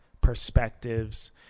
perspectives